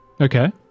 Okay